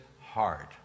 heart